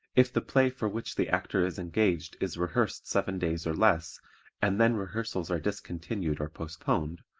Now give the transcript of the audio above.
if the play for which the actor is engaged is rehearsed seven days or less and then rehearsals are discontinued or postponed,